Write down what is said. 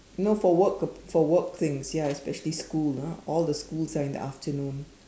no for work for work things ya especially school ah all the schools are in the afternoon